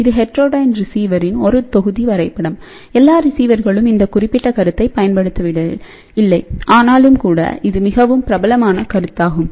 இது ஹெட்ரோடைன் ரிசீவரின் ஒரு தொகுதி வரைபடம்எல்லா ரிசீவர்களும் இந்த குறிப்பிட்ட கருத்தை பயன்படுத்துவதில்லை ஆனாலும்கூட இது மிகவும் பிரபலமான கருத்தாகும்